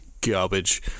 garbage